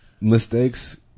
Mistakes